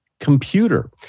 computer